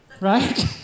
right